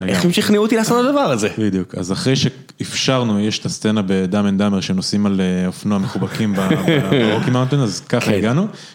איך הם שכנעו אותי לעשות את הדבר הזה? בדיוק. אז אחרי שאפשרנו, יש את הסצנה בדאמ אנד דאמר, כשהם נוסעים על אופנוע מחובקים ברוקי מאונטיין, אז ככה הגענו.